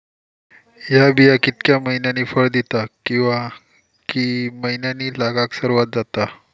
हया बिया कितक्या मैन्यानी फळ दिता कीवा की मैन्यानी लागाक सर्वात जाता?